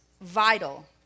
vital